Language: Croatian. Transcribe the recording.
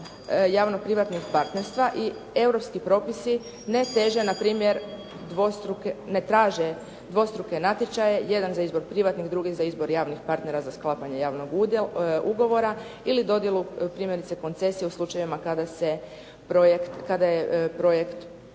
javno privatnih partnerstva i europski propisi ne traže npr. dvostruke natječaje, jedan za izbor privatnih, drugi za izbor javnih partnera za sklapanje javnog ugovora ili dodjelu primjerice koncesije u slučajevima kada je projekt povjeren